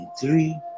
three